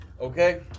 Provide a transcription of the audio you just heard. Okay